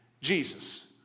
Jesus